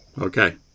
Okay